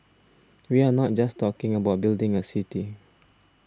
we are not just talking about building a city